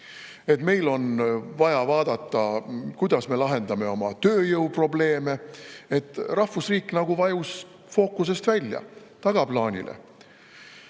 meil on vaja vaadata, kuidas me lahendame oma tööjõuprobleeme. Rahvusriik nagu vajus fookusest välja, tagaplaanile.